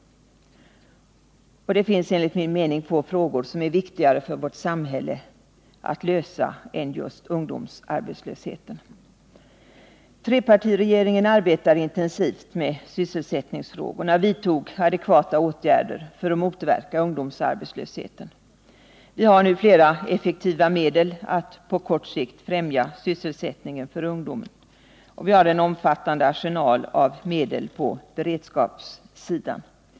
Det finns enligt min mening få problem som är viktigare för vårt samhälle att lösa än just ungdomsarbetslösheten. Trepartiregeringen arbetade intensivt med sysselsättningsfrågorna och vidtog adekvata åtgärder för att motverka ungdomsarbetslösheten. Vi har nu flera effektiva medel för att på kort sikt främja sysselsättningen för ungdom, och vi har en omfattande arsenal av medel på beredskapssidan.